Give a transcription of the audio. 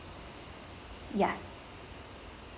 ya